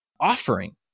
offering